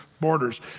borders